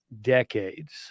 decades